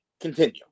continue